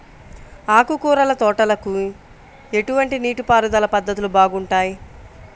ఆకుకూరల తోటలకి ఎటువంటి నీటిపారుదల పద్ధతులు బాగుంటాయ్?